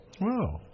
Wow